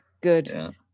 good